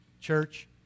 church